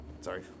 sorry